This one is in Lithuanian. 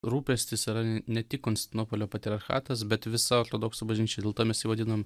rūpestis yra ne tik konstantinopolio patriarchatas bet visa ortodoksų bažnyčia dėl to mes jį vadinam